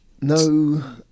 No